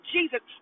Jesus